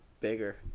bigger